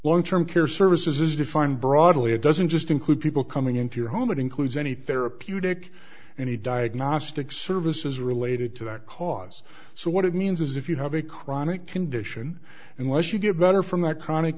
long term care services is defined broadly it doesn't just include people coming into your home that includes any therapeutic and a diagnostic services related to that cause so what it means is if you have a chronic condition and once you get better from our chronic